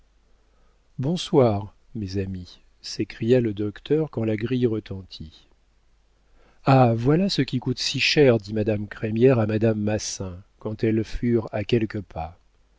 bonsoir mes amis s'écria le docteur quand la grille retentit ah voilà ce qui coûte si cher dit madame crémière à madame massin quand elles furent à quelques pas